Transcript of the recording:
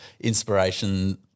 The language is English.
inspiration